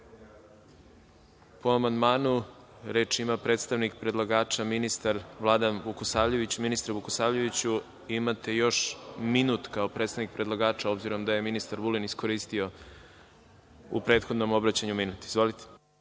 amandmanu, reč ima predstavnik predlagača, ministar Vladan Vukosavljević. Ministre Vukosavljeviću, imate još minut kao predstavnik predlagača, obzirom da je ministar Vulin iskoristio u prethodnom obraćanju minut. Izvolite.